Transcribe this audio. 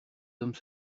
hommes